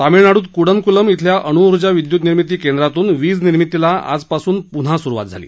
तामिळनाडूत क्डनक्लम इथल्या अणूऊर्जा विद्य्तनिर्मिती केंद्रातून वीजनिर्मितीला आजपासून पुन्हा सुरुवात झाली